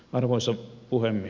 arvoisa puhemies